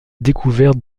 découverte